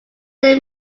they